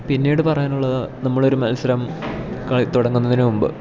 പിന്നീട് പറയാനുള്ളത് നമ്മളൊരു മത്സരം തുടങ്ങുന്നതിനു മുമ്പ്